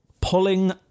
pulling